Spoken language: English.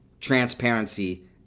transparency